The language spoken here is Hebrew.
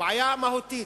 הבעיה המהותית,